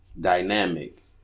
dynamic